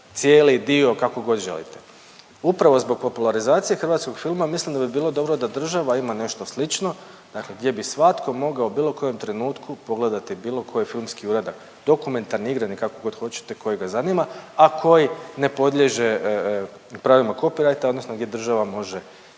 cijeli dio, kako god želite. Upravo zbog popularizacije hrvatskog filma mislim da bi bilo dobro da država ima nešto slično, dakle gdje bi svatko mogao u bilo kojem trenutku pogledati bilo koji filmski uradak, dokumentarni, igrani kako god hoćete koji ga zanima, a koji ne podliježe pravima copywritera odnosno gdje država može,